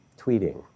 tweeting